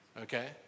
okay